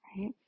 right